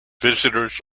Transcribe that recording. visitors